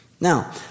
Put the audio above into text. Now